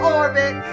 orbit